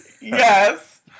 Yes